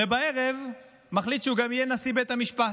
ובערב מחליט שהוא גם יהיה נשיא בית המשפט,